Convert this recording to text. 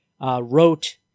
wrote